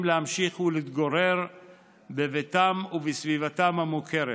להמשיך להתגורר בבתיהם ובסביבתם המוכרת,